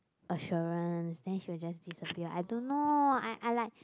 assurance then she will just disappear I don't know I I like